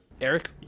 Eric